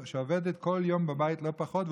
שעובדת כל יום בבית לא פחות,